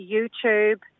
YouTube